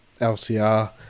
LCR